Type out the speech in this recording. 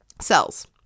cells